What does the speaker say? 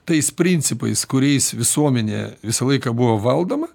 tais principais kuriais visuomenė visą laiką buvo valdoma